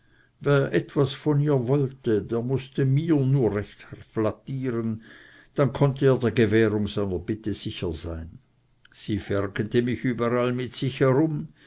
etwas von ihr wollte der mußte mir nur recht flattieren dann konnte er der gewährung seiner bitte sicher sein sie ferggete mich überall mit sich herum